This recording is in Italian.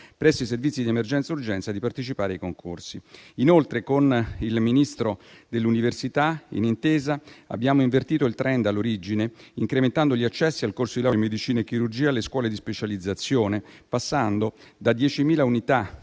presso i servizi di emergenza urgenza di partecipare ai concorsi. Inoltre, con il Ministro dell'Università, in intesa, abbiamo invertito il *trend* all'origine, incrementando gli accessi al corso di laurea in medicina e chirurgia e alle scuole di specializzazione, passando da 10.000 unità